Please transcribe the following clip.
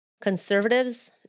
conservatives